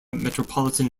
metropolitan